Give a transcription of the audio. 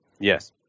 Yes